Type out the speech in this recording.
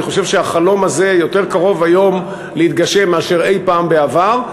ואני חושב שהחלום הזה יותר קרוב היום להתגשם מאשר אי-פעם בעבר,